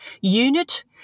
unit